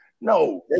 No